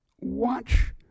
watch